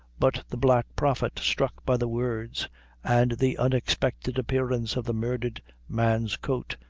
but the black prophet, struck by the words and the unexpected appearance of the murdered man's coat,